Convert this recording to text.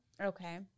Okay